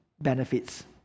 benefits